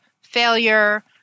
failure